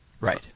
Right